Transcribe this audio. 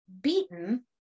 beaten